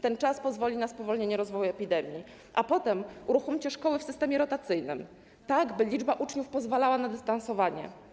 Ten czas pozwoli na spowolnienie rozwoju epidemii, a potem uruchomcie szkoły w systemie rotacyjnym, tak by liczba uczniów pozwalała na dystansowanie.